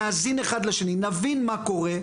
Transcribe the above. נאזין אחד לשני, נבין מה קורה.